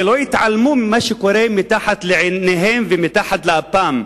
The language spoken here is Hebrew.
ולא יתעלמו ממה שקורה מתחת לעיניהם ומתחת לאפם,